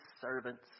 servants